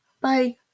Bye